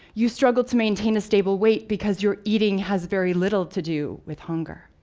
you struggle to maintain a stable weight, because your eating has very little to do with hunger.